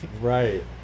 Right